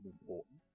important